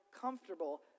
comfortable